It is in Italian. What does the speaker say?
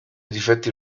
difetti